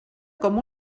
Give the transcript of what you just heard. com